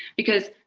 because,